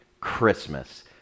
Christmas